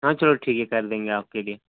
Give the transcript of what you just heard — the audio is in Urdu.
ہاں چلو ٹھیک ہے کر دیں گے آپ کے لیے